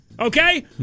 Okay